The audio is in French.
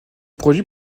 produits